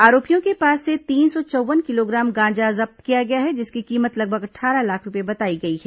आरोपियों के पास से तीन सौ चौव्वन किलोग्राम गांजा जब्त किया गया है जिसकी कीमत लगभग अट्ठारह लाख रूपये बताई गई है